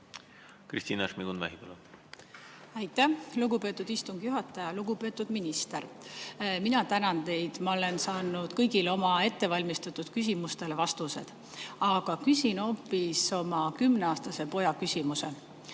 Eesti inimesed saavad teha? Aitäh, lugupeetud istungi juhataja! Lugupeetud minister, ma tänan teid! Ma olen saanud kõigile oma ettevalmistatud küsimustele vastused. Aga küsin hoopis oma kümneaastase poja küsimuse.